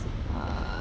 err